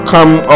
come